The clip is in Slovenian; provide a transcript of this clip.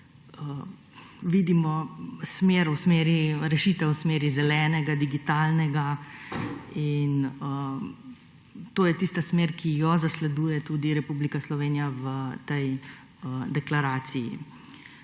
tem tudi rešitev v smeri zelenega, digitalnega. To je tista smer, ki jo zasleduje tudi Republika Slovenija v tej deklaraciji.